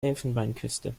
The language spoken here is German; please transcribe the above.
elfenbeinküste